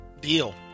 Deal